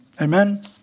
Amen